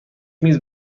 میز